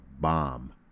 Bomb